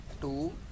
two